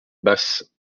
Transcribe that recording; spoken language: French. basse